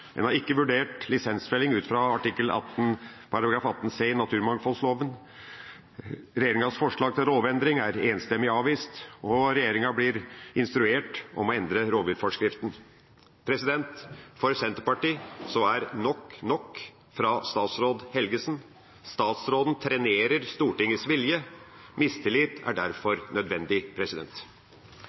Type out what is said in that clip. En har ikke vurdert lisensfelling ut fra § 18 c i naturmangfoldloven. Regjeringas forslag til lovendring er enstemmig avvist, og regjeringa blir instruert til å endre rovviltforskriften. For Senterpartiet er nok nok fra statsråd Helgesen. Statsråden trenerer Stortingets vilje. Mistillit er derfor nødvendig.